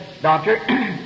Doctor